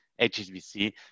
HSBC